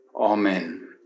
Amen